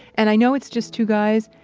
and i know it's just two guys,